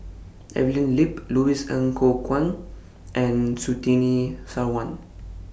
Evelyn Lip Louis Ng Kok Kwang and Surtini Sarwan